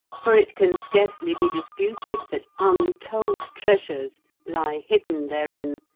for it can scarcely be disputed that untold treasures lie hidden therein,